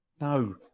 No